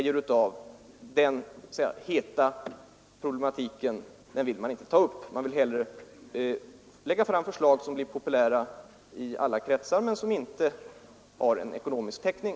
Denna heta problematik vill man helt enkelt inte ta upp utan hellre lägga fram förslag, som kan synas populära men som inte har verklig täckning.